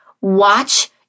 Watch